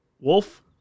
Wolf